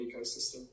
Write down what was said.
ecosystem